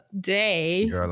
day